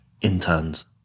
interns